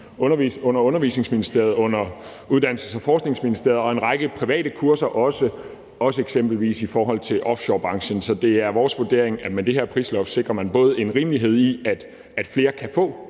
og Undervisningsministeriet og under Uddannelses- og Forskningsministeriet, og også en række private kurser, eksempelvis i forhold til offshorebranchen. Så det er vores vurdering, at der med det her prisloft sikres både den rimelighed i, at flere kan få